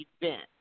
event